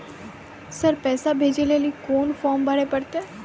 Sir पैसा भेजै लेली कोन फॉर्म भरे परतै?